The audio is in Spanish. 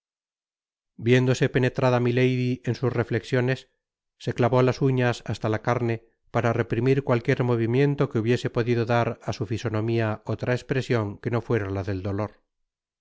viéndose penetrada milady en sus reflexiones se clavó las uñas basta la carne para reprimir cualquier movimiento que hubiese podido dar su fisonomia otra espresion que no fuera la del dolor